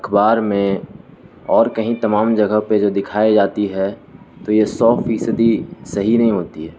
اخبار میں اور کہیں تمام جگہ پہ جو دکھائی جاتی ہے تو یہ سو فی صدی صحیح نہیں ہوتی ہے